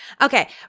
Okay